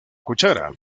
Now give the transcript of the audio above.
cuchara